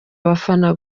abafana